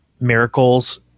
miracles